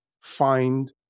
find